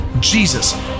Jesus